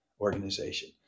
organization